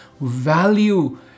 value